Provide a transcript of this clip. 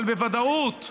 אבל בוודאות.